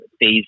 phase